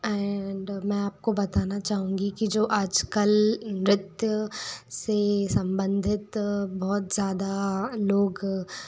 and मैं आपको बताना चाहूँगी कि जो आजकल नृत्य से संबंधित बहुत ज़्यादा लोग